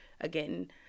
again